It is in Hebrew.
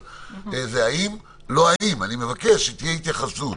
אני מבקש שתהיה התייחסות